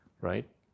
right